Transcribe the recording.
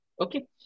Okay